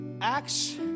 Acts